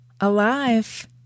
alive